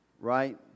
right